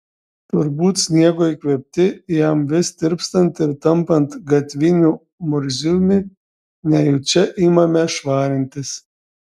turbūt sniego įkvėpti jam vis tirpstant ir tampant gatviniu murziumi nejučia imame švarintis